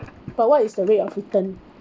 but what is the rate of return